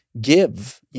give